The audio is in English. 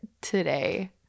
today